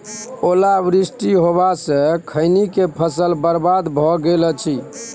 ओला वृष्टी होबा स खैनी के फसल बर्बाद भ गेल अछि?